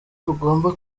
tugomba